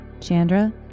Chandra